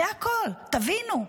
זה הכול, תבינו.